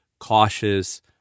cautious